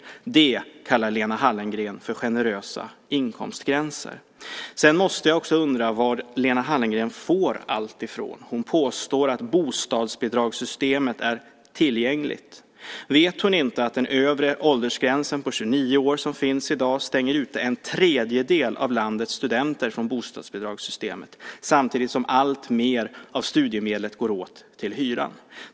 Det kallar Lena Hallengren för generösa inkomstgränser. Sedan måste jag också undra var Lena Hallengren får allt ifrån. Hon påstår att bostadsbidragssystemet är tillgängligt. Vet hon inte att den övre åldersgränsen på 29 år som finns i dag stänger ute en tredjedel av landets studenter från bostadsbidragssystemet, samtidigt som alltmer av studiemedlet går åt till hyran.